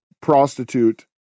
prostitute